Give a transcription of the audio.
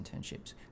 internships